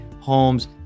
homes